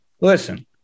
listen